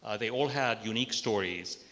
ah they all had unique stories,